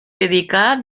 dedicà